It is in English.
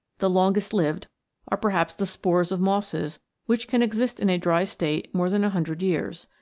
the longest lived are perhaps the spores of mosses which can exist in a dry state more than a hundred years.